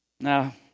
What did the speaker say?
Now